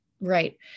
Right